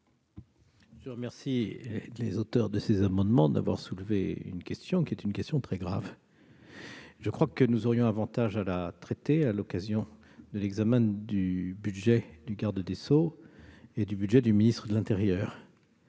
Je remercie les auteurs de ces amendements d'avoir soulevé une question très grave. Il me semble toutefois que nous aurions avantage à la traiter à l'occasion de l'examen des budgets du garde des sceaux et du ministre de l'intérieur,